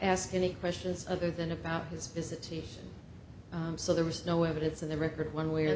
ask any questions other than about his visitation so there was no evidence in the record one way or